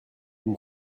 une